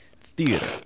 theater